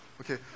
Okay